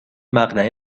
مقنعه